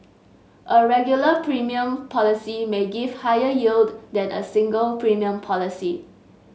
a regular premium policy may give higher yield than a single premium policy